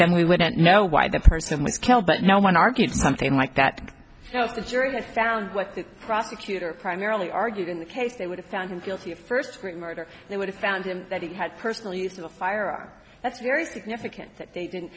then we wouldn't know why the person was killed but no one argued something like that so if the jury was found with the prosecutor primarily arguing the case they would have found him guilty of first degree murder they would have found him that he had personal use of a firearm that's very significant that they didn't